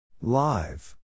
Live